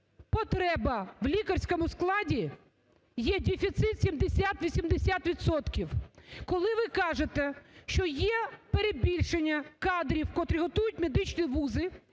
потреба в лікарському складі є дефіцит 70-80 відсотків. Коли ви кажете, що є перебільшення кадрів, котрі готують медичні вузи,